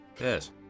Yes